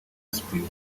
cyprien